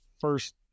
first